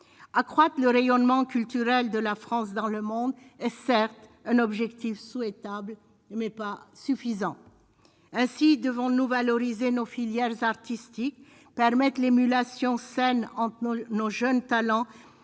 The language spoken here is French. accroître le rayonnement culturel de la France dans le monde est certes un objectif souhaitable mais pas suffisant ainsi devant nous valoriser nos filiales artistique permettent l'émulation saine handball nos jeunes talents